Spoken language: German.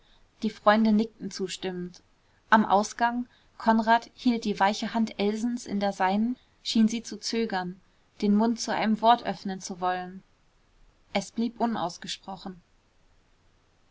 die freunde nickten zustimmend am ausgang konrad hielt die weiche hand elsens in der seinen schien sie zu zögern den mund zu einem wort öffnen zu wollen es blieb unausgesprochen